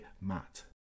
Matt